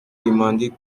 demandé